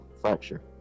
fracture